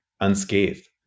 unscathed